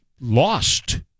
lost